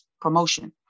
promotion